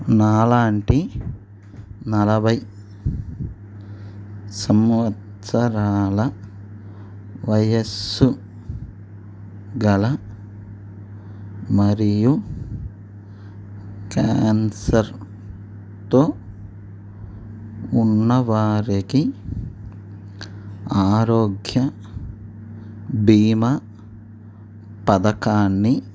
నాలాంటి నలభై సంవత్సరాల వయస్సు గల మరియు క్యాన్సర్తో ఉన్నవారికి ఆరోగ్య భీమా పధకాన్ని